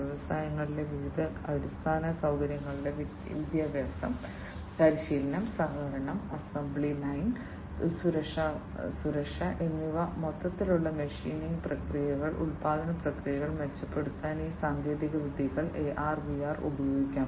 വ്യവസായങ്ങളിലെ വിവിധ അടിസ്ഥാന സൌകര്യങ്ങളുടെ വിദ്യാഭ്യാസം പരിശീലനം സഹകരണം അസംബ്ലി ലൈൻ സുരക്ഷാ സുരക്ഷ എന്നിവയിൽ മൊത്തത്തിലുള്ള മെഷീനിംഗ് പ്രക്രിയകൾ ഉൽപ്പാദന പ്രക്രിയകൾ മെച്ചപ്പെടുത്താൻ ഈ സാങ്കേതികവിദ്യകൾ AR VR ഉപയോഗിക്കാം